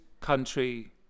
country